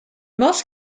most